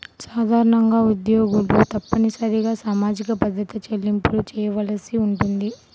సాధారణంగా ఉద్యోగులు తప్పనిసరిగా సామాజిక భద్రత చెల్లింపులు చేయవలసి ఉంటుంది